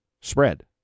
spread